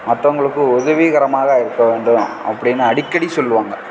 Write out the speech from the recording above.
மற்றவங்களுக்கு உதவிகரமாக இருக்க வேண்டும் அப்படின்னு அடிக்கடி சொல்லுவாங்க